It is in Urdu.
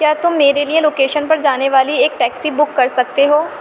کیا تم میرے لیے لوکیشن پر جانے والی ایک ٹیکسی بک کر سکتے ہو